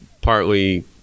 partly